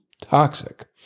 toxic